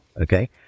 Okay